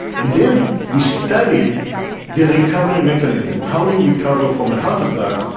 and then we studied their recovery mechanism. how you recover from a heart attack,